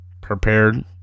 prepared